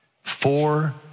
Four